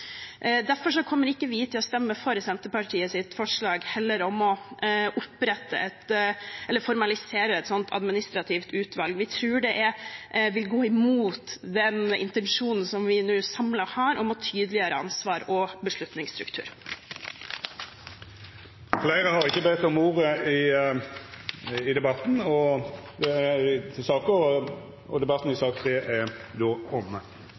Derfor kommer ikke vi til å stemme for Senterpartiets forslag om å formalisere et sånt administrativt utvalg. Vi tror det vil gå imot den intensjonen vi samlet har nå, om å tydeliggjøre ansvar og beslutningsstruktur. Fleire har ikkje bedt om ordet til sak nr. 3. Presidenten vil føreslå at taletida vert avgrensa til 3 minutt til kvar partigruppe og 3 minutt til medlemer av Stortingets presidentskap. Vidare vil presidenten føreslå at det